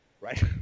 right